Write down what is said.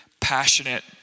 passionate